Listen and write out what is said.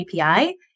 API